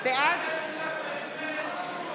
בעד בצלאל סמוטריץ'